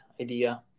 idea